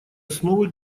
основы